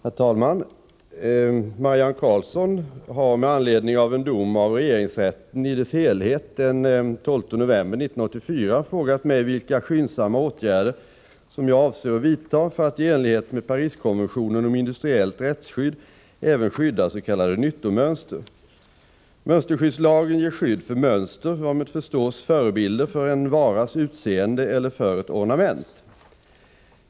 Herr talman! Marianne Karlsson har med anledning av en dom av regeringsrätten i dess helhet den 12 november 1984 frågat mig vilka skyndsamma åtgärder jag avser att vidta för att i enlighet med Pariskonventionen om industriellt rättsskydd även skydda s.k. nyttomönster. Mönsterskyddslagen ger skydd för mönster, varmed förstås ”förebilder för en varas utseende eller för ett ornament”.